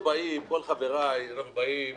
חבריי ואני תמיד באים